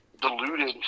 diluted